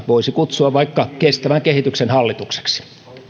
voisi kutsua vaikka kestävän kehityksen hallitukseksi